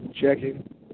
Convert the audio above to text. checking